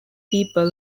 people